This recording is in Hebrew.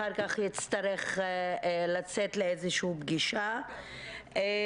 אחר-כך הצטרך לצאת לאיזושהי פגישה.